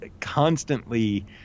constantly